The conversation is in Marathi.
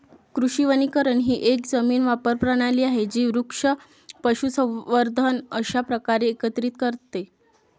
कृषी वनीकरण ही एक जमीन वापर प्रणाली आहे जी वृक्ष, पशुसंवर्धन अशा प्रकारे एकत्रित करते